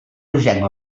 rogenc